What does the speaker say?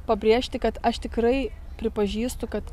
pabrėžti kad aš tikrai pripažįstu kad